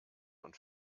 und